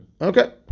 Okay